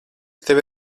tevi